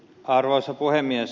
arvoisa puhemies